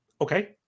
okay